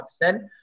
percent